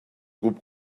groupe